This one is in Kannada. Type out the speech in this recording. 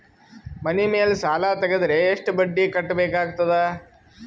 ಮನಿ ಮೇಲ್ ಸಾಲ ತೆಗೆದರ ಎಷ್ಟ ಬಡ್ಡಿ ಕಟ್ಟಬೇಕಾಗತದ?